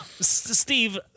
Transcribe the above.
Steve